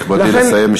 נכבדי, לסיים.